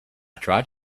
tried